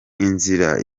inzira